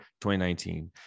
2019